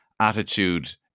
attitude